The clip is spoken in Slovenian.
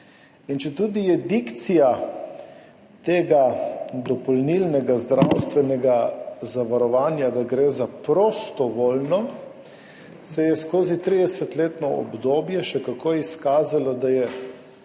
četudi je dikcija tega dopolnilnega zdravstvenega zavarovanja, da gre za prostovoljno, se je skozi tridesetletno obdobje še kako izkazalo, da je